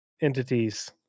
entities